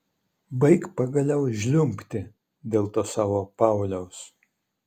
baik pagaliau žliumbti dėl to savo pauliaus